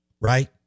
right